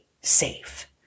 safe